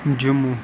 Jammu